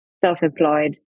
self-employed